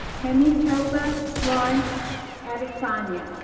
temitope and florence adesanya,